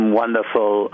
wonderful